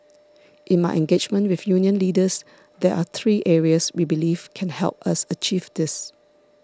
in my engagement with union leaders there are three areas we believe can help us achieve this